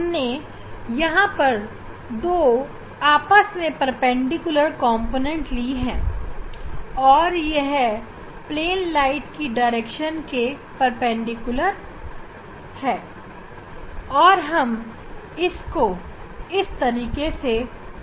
हमने यहां पर दो आपस में परपेंडिकुलर कॉम्पोनेंट ली है और यह प्लेन प्रकाश की दिशा के परपेंडिकुलर है और हम इस को इस तरीके से दर्शा रहे हैं